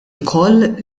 ukoll